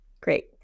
Great